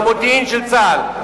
מהמודיעין של צה"ל,